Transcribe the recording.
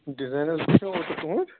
design حظ تُہُنٛد